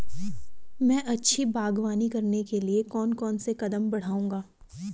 मैं अच्छी बागवानी करने के लिए कौन कौन से कदम बढ़ाऊंगा?